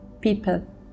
people